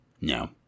No